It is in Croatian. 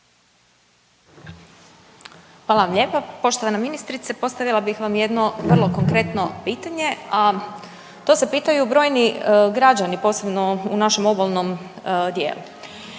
Hvala vam lijepo. Poštovana ministrice postavila bih vam jedno vrlo konkretno pitanje, a to se pitaju brojni građani posebno u našem obalnom dijelu